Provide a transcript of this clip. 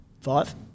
five